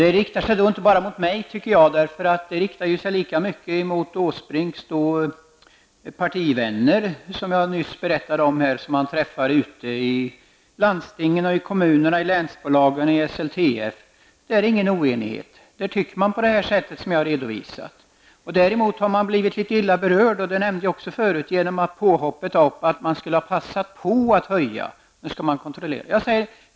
Detta riktar sig inte bara mot mig, utan lika mycket mot Åsbrinks partivänner, som jag träffar ute i landstingen, i kommunerna, i länstrafikbolagen och i SLTF. Där råder det ingen oenighet, utan man har de åsikter som jag har redovisat. Däremot har man blivit litet illa berörd av påhoppet att man skulle ha passat på att höja priserna.